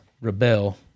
rebel